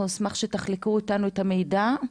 אנחנו נשמח שתחלקו איתנו את המידע הזה.